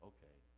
Okay